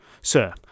Sir